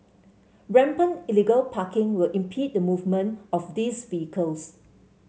rampant illegal parking will impede the movement of these vehicles